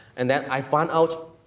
and then i found out,